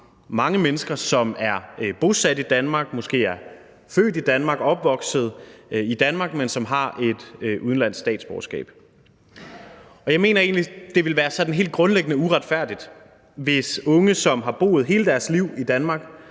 mange mennesker, som er bosat i Danmark, måske er født og opvokset i Danmark, men som har et udenlandsk statsborgerskab. Jeg mener egentlig, det ville være helt grundlæggende uretfærdigt, hvis unge, som har boet hele deres liv i Danmark,